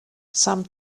some